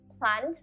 plant